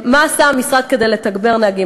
מה עשה המשרד כדי לתגבר נהגים?